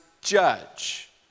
judge